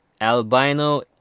albino